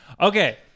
okay